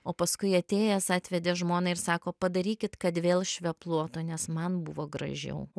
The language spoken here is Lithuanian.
o paskui atėjęs atvedė žmoną ir sako padarykit kad vėl švepluotų nes man buvo gražiau